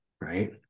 Right